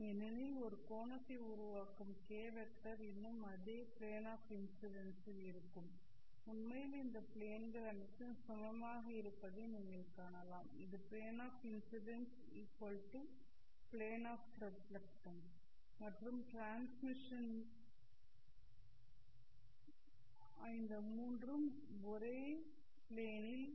ஏனெனில் ஒரு கோணத்தை உருவாக்கும் k' வெக்டர் இன்னும் அதே பிளேன் ஆஃ இன்ஸிடென்ஸ் இருக்கும் உண்மையில் இந்த பிளேன்கள் அனைத்தும் சமமாக இருப்பதை நீங்கள் காணலாம் இது plane of incidence plane of reflectance மற்றும் டிரான்ஸ்மிஷன் இந்த மூன்றும் ஒரே பிளேன் ல் உள்ளன